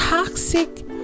Toxic